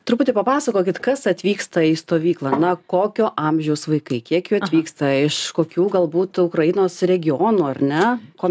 truputį papasakokit kas atvyksta į stovyklą na kokio amžiaus vaikai kiek jų atvyksta iš kokių galbūt ukrainos regionų ar ne ko